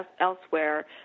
elsewhere